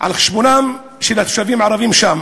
על חשבון התושבים הערבים שם.